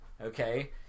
Okay